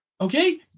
okay